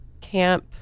Camp